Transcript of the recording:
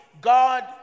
God